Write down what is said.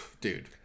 dude